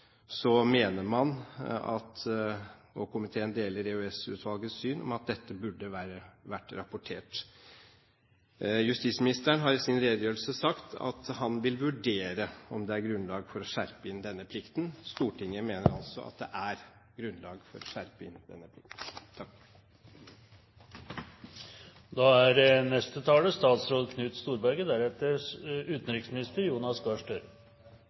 Komiteen deler EOS-utvalgets syn om at dette burde vært rapportert. Justisministeren har i sin redegjørelse sagt at han vil vurdere om det er grunnlag for å skjerpe inn denne plikten. Stortinget mener altså at det er grunnlag for å skjerpe inn denne plikten. Aller først har jeg lyst til å gi uttrykk for takknemlighet for den behandlingen som denne saken er